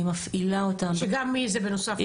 אני מפעילה אותה --- שגם היא זה בנוסף לתפקידה?